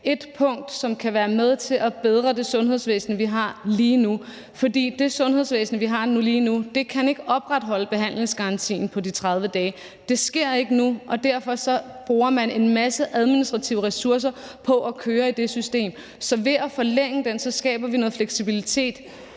ét punkt, som kan være med til at bedre det sundhedsvæsen, vi har lige nu. For det sundhedsvæsen, vi har lige nu, kan ikke opretholde behandlingsgarantien på 30 dage. Det sker ikke nu, og derfor bruger man en masse administrative ressourcer på at køre det system. Så ved at forlænge den skaber vi noget fleksibilitet